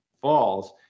falls